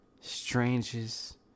strangest